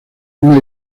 una